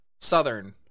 Southern